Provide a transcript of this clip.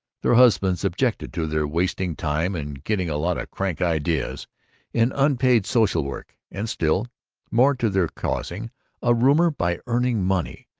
their husbands objected to their wasting time and getting a lot of crank ideas in unpaid social work, and still more to their causing a rumor, by earning money,